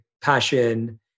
passion